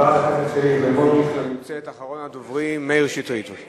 חברת הכנסת שלי יחימוביץ, בבקשה.